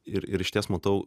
ir ir išties matau